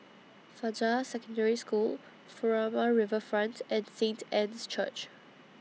Fajar Secondary School Furama Riverfront and Saint Anne's Church